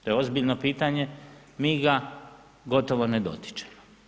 To je ozbiljno pitanje, mi ga gotovo ne dotičemo.